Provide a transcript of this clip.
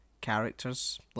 characters